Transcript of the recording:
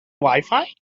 wifi